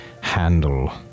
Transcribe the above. handle